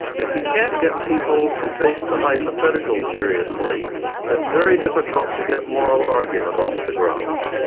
if you can't get people to take the hypothetical seriously it's very difficult to get moral argument off the ground.